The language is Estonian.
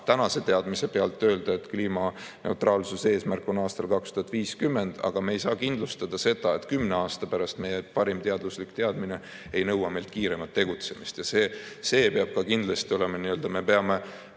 tänase teadmise põhjal öelda, et kliimaneutraalsuse eesmärk on aasta 2050, aga me ei saa kindlustada seda, et kümne aasta pärast meie parim teaduslik teadmine ei nõua meilt kiiremat tegutsemist. See peab ka kindlasti olema. Me peame